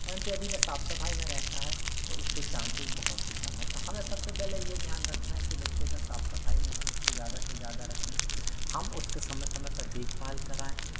परंतु यदि वह साफ सफाई में रहता है तो उसके चान्सेज़ बहुत ही कम है तो हमें सबसे पहले ये ध्यान रखना कि बच्चे का साफ सफाई में हम उसको ज़्यादा से ज़्यादा रखें हम उसको समय समय पर देखभाल कराएं